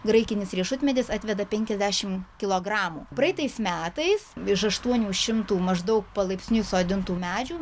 graikinis riešutmedis atveda penkiasdešim kilogramų praeitais metais iš aštuonių šimtų maždaug palaipsniui sodintų medžių